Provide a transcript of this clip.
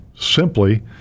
simply